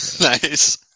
nice